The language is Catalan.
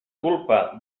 culpa